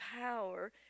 power